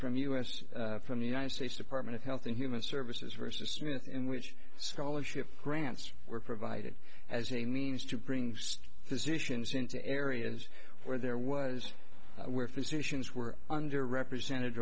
from us from the united states department of health and human services versus in which scholarships grants were provided as a means to bring physicians into areas where there was where physicians were under represented